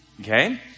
Okay